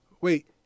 wait